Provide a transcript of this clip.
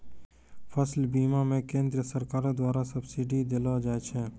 फसल बीमा मे केंद्रीय सरकारो द्वारा सब्सिडी देलो जाय छै